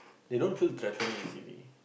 they don't feel threatened easily